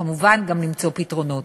וכמובן גם למצוא פתרונות.